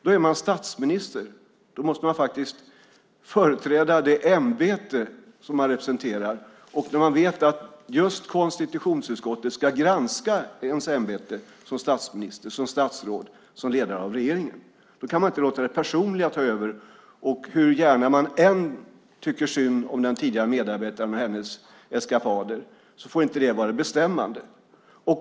När man är statsminister får man företräda det ämbete som man representerar. När man vet att konstitutionsutskottet ska granska ens ämbete som statsminister, statsråd och ledare av regeringen kan man inte låta det personliga ta över. Hur gärna man än tycker synd om den tidigare medarbetaren för hennes eskapader får inte det vara bestämmande.